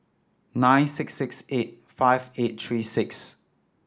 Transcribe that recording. nine six six eight five eight three six